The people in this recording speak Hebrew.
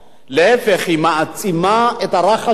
להיפך, היא מעצימה את הרחש-בחש